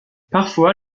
parfois